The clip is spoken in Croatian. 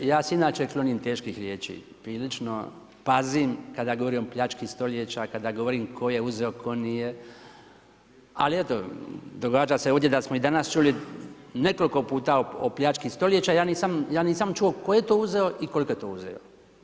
Ja se inače klonim teških riječi, prilično pazim kada govorim o pljački stoljeća, kada govorim tko je uzeo, tko nije, ali eto, događa se ovdje da smo i danas čuli nekoliko puta o pljački stoljeća, ja nisam čuo tko je to uzeo i koliko je to uzeo.